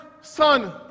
son